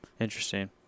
Interesting